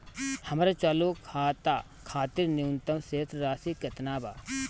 हमर चालू खाता खातिर न्यूनतम शेष राशि केतना बा?